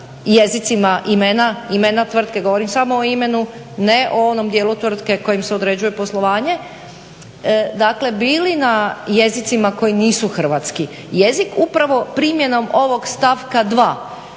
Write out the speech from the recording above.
jezicima imena tvrtke, govorim samo o imenu, ne o onom dijelu tvrtke kojim se određuje poslovanje, dakle bili na jezicima koji nisu hrvatski. Jezik upravo primjenom ovog stavka 2.